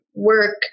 work